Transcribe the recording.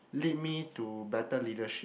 lead me to better leadership